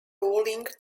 ruling